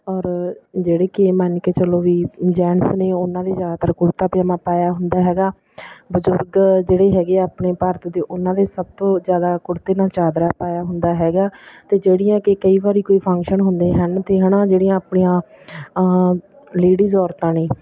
ਔਰ ਜਿਹੜੇ ਕਿ ਮੰਨ ਕੇ ਚਲੋ ਵੀ ਜੈਂਟਸ ਨੇ ਉਹਨਾਂ ਦੇ ਜ਼ਿਆਦਾਤਰ ਕੁੜਤਾ ਪਜਾਮਾ ਪਾਇਆ ਹੁੰਦਾ ਹੈਗਾ ਬਜ਼ੁਰਗ ਜਿਹੜੇ ਹੈਗੇ ਆ ਆਪਣੇ ਭਾਰਤ ਦੇ ਉਹਨਾਂ ਦੇ ਸਭ ਤੋਂ ਜ਼ਿਆਦਾ ਕੁੜਤੇ ਨਾਲ ਚਾਦਰਾ ਪਾਇਆ ਹੁੰਦਾ ਹੈਗਾ ਅਤੇ ਜਿਹੜੀਆਂ ਕਿ ਕਈ ਵਾਰੀ ਕੋਈ ਫੰਕਸ਼ਨ ਹੁੰਦੇ ਹਨ ਅਤੇ ਹੈ ਨਾ ਜਿਹੜੀਆਂ ਆਪਣੀਆਂ ਲੇਡੀਜ ਔਰਤਾਂ ਨੇ